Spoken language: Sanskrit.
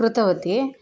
कृतवती